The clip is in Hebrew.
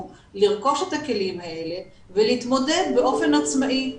לרכוש את הכלים האלה ולהתמודד באופן עצמאי.